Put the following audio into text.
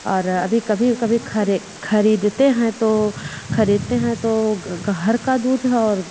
और कभी कभी कभी खरे ख़रीदते हैं तो ख़रीदते हैं तो घर का दूध और